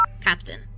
Captain